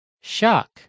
shock